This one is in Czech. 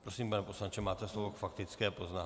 Prosím, pane poslanče, máte slovo k faktické poznámce.